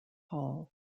hall